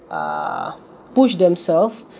uh push themselve